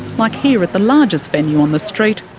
like here at the largest venue on the street,